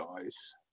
guys